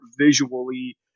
visually –